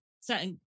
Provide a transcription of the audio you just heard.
Certain